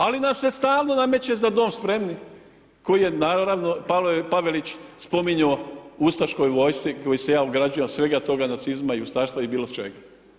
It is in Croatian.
Ali nam se stalno nameće „Za dom spremni“ koji je, naravno, Pavelić spominjao ustaškoj vojsci, koji se ja ograđivam od svega toga, nacizma, ustaštva i bilo čega.